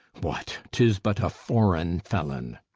what, tis but a foreign felon!